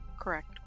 correct